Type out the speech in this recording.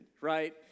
right